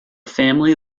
family